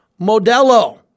Modelo